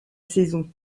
saison